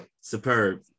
Superb